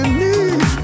need